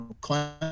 climate